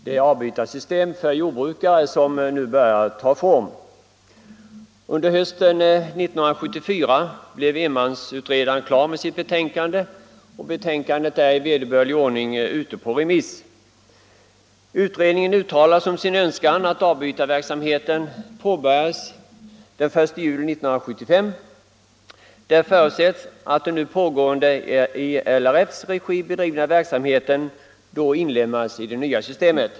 Herr talman! Jag vill till att börja med något beröra det avbytarsystem för jordbrukare som nu håller på att ta form. Under hösten 1974 blev enmansutredaren klar med sitt betänkande, som nu i vederbörlig ordning är ute på remiss. Utredningsmannen uttalar som sin önskan att avbytarverksamheten påbörjas den 1 juli 1975. Det förutsätts att den nu i LRF:s regi bedrivna verksamheten då inlemmas i det nya systemet.